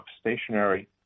stationary